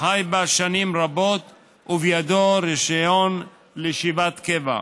החי בה שנים רבות ובידו רישיון לישיבת קבע.